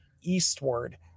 eastward